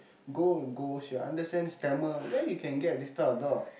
go go she understands Tamil where you can get this type of dog